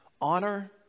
Honor